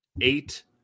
eight